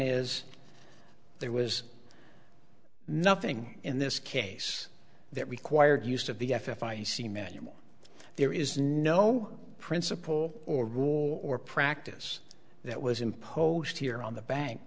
is there was nothing in this case that required use of the f f i n c manual there is no principle or war or practice that was imposed here on the bank